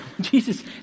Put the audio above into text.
Jesus